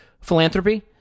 philanthropy